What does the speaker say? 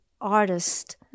artist